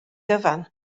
gyfan